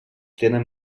tenen